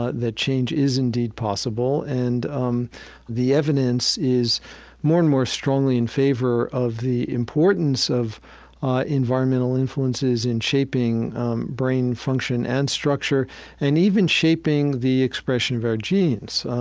ah that change is indeed possible, and um the evidence is more and more strongly in favor of the importance of environmental influences in shaping brain function and structure and even shaping the expression of our genes.